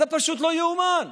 זה פשוט לא יאומן.